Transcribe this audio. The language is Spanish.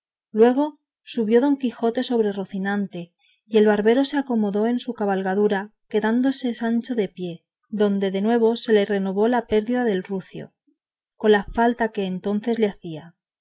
luego subió don quijote sobre rocinante y el barbero se acomodó en su cabalgadura quedándose sancho a pie donde de nuevo se le renovó la pérdida del rucio con la falta que entonces le hacía